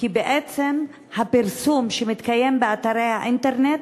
כי בעצם הפרסום שמתקיים באתרי האינטרנט,